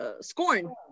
scorn